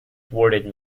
thwarted